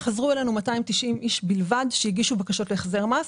חזרו 290 אנשים בלבד שהגישו בקשות להחזר מס.